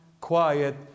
quiet